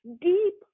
Deep